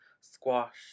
squash